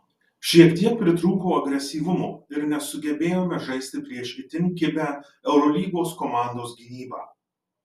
šiek tiek pritrūko agresyvumo ir nesugebėjome žaisti prieš itin kibią eurolygos komandos gynybą